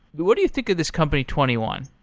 but what do you think of this company twenty one?